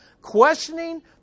Questioning